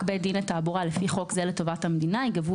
בית דין לתעבורה לפי חוק זה לטובת המדינה,